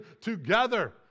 together